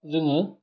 जोङो